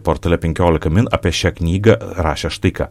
portale penkiolika min apie šią knygą rašė štai ką